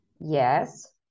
yes